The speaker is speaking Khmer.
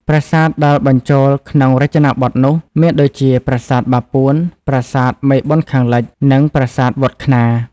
ប្រាសាទដែលបញ្ចូលក្នុងរចនាបថនោះ មានដូចជា ប្រាសាទបាពួន ប្រាសាទមេបុណ្យខាងលិច និងប្រាសាទវត្ដខ្នារ ។